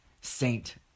Saint